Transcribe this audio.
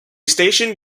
station